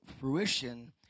fruition